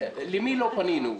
אל מי לא פנינו?